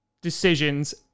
decisions